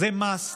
זה must.